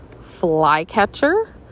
flycatcher